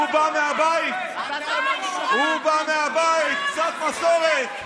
הוא בא מהבית, הוא בא מהבית, קצת מסורת.